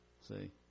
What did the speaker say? See